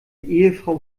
ehefrau